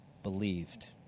believed